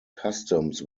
customs